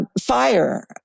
Fire